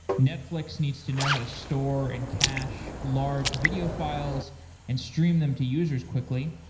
netflix needs to know how to store and cache large video files and stream them to users quickly,